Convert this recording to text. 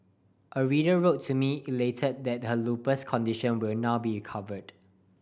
a reader wrote to me elated that her lupus condition will now be covered